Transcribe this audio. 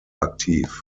aktiv